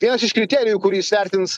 vienas iš kriterijų kurį jis vertins